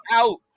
out